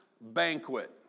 banquet